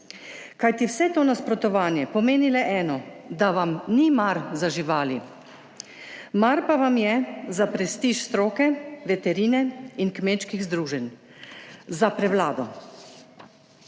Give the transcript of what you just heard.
Kajti vse to nasprotovanje pomeni le eno: da vam ni mar za živali, mar pa vam je za prestiž stroke, veterine in kmečkih združenj, za prevlado.